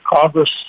Congress